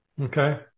Okay